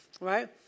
right